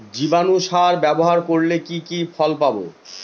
জীবাণু সার ব্যাবহার করলে কি কি ফল পাবো?